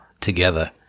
together